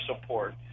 support